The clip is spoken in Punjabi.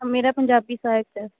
ਮੇਰਾ ਪੰਜਾਬੀ ਸਾਹਿਤ ਹੈ